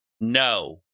No